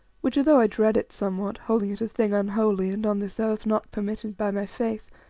which, although i dread it somewhat, holding it a thing unholy, and, on this earth, not permitted by my faith,